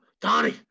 Donnie